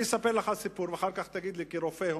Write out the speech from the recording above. אני אספר לך סיפור ואחר כך תגיד לי כרופא.